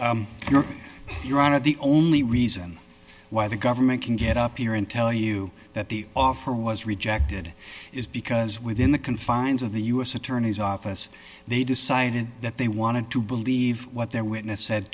know your honor the only reason why the government can get up here and tell you that the offer was rejected is because within the confines of the u s attorney's office they decided that they wanted to believe what their witness said